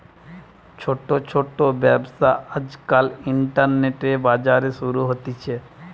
ছোট ছোট ব্যবসা আজকাল ইন্টারনেটে, বাজারে শুরু হতিছে